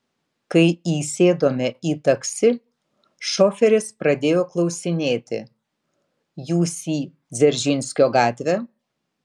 kai įsėdome į taksi šoferis pradėjo klausinėti jūs į dzeržinskio gatvę